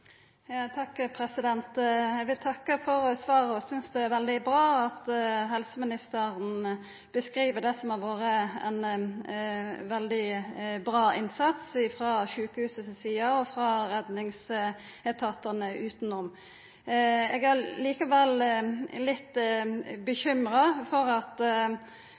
Eg vil takka for svaret. Eg synest det er veldig bra at helseministeren beskriv det som har vore ein veldig bra innsats frå sjukehuset si side og frå redningsetatane utanom. Eg er likevel litt bekymra